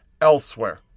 elsewhere